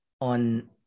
on